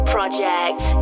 Project